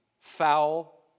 foul